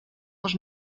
was